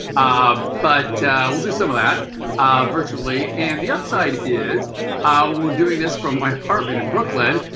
um but we'll do some of that virtually. and the upside is ah we're doing this from my apartment in brooklyn,